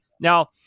Now